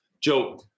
Joe